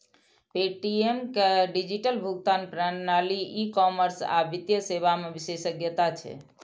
Paytm के digital भुगतान प्रणाली, ई कॉमर्स आ वित्तीय सेवा मे विशेषज्ञता छै